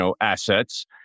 assets